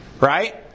Right